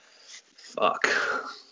Fuck